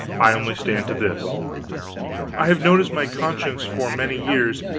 i only stand to this i have noticed my conscience for many years,